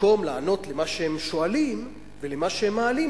במקום לענות על מה שהם שואלים ועל מה שהם מעלים,